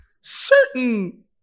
certain